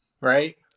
right